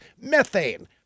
Methane